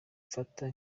mfata